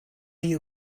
you